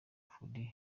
fuadi